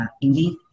Indeed